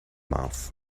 mouth